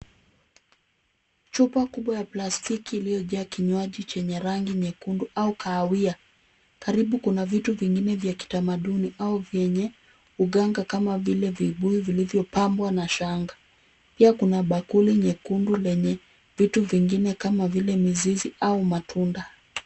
Chupa kubwa ya plastiki iliyojaa kinywaji chenye rangi nyekundu au kahawia. Karibu kuna vitu vingine vya kitamaduni au vyenye uganga kama vile vibuyu vilivyopambwa na shanga. Pia kuna bakuli nyekundu lenye vitu vingine kama vile mizizi au matunda.